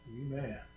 amen